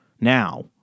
now